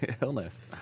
illness